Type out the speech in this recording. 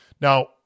Now